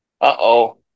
Uh-oh